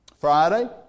Friday